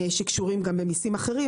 שגם קשורים למיסים אחרים,